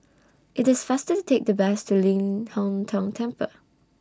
IT IS faster to Take The Bus to Ling Hong Tong Temple